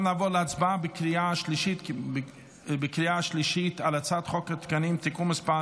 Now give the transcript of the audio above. עכשיו נעבור להצבעה בקריאה השלישית על הצעת חוק התקנים (תיקון מס'